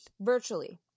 virtually